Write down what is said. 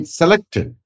selected